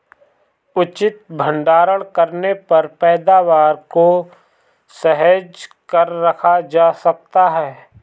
उचित भंडारण करने पर पैदावार को सहेज कर रखा जा सकता है